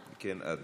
ולאחר מכן את.